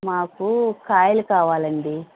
మాకు కాయలు కావాలండి